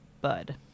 Bud